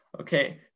Okay